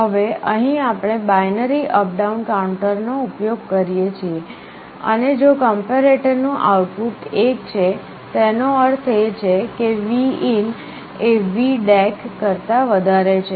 હવે અહીં આપણે બાઈનરી અપ ડાઉન કાઉન્ટરનો ઉપયોગ કરીએ છીએ અને જો કંપેરેટર નું આઉટપુટ 1 છે તેનો અર્થ એ કે Vin એ VDAC કરતાં વધારે છે